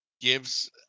gives